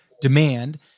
demand